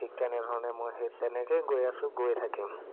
ঠিক তেনেধৰণে মই সেই তেনেকৈয়ে গৈ আছোঁ গৈ থাকিম